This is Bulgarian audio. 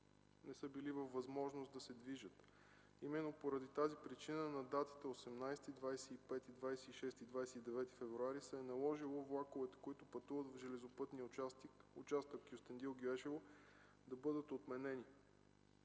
не са били във възможност да се движат. Именно поради тази причина на датите 18, 25, 26 и 29 февруари се е наложило влаковете, които пътуват по железопътния участък Кюстендил-Гюешево, да бъдат отменени.